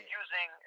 using